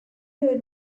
her